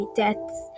deaths